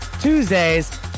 Tuesdays